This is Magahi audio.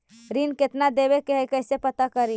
ऋण कितना देवे के है कैसे पता करी?